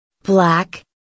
Black